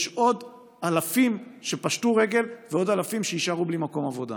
יש עוד אלפים שפשטו רגל ועוד אלפים שיישארו בלי מקום עבודה.